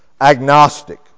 agnostic